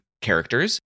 characters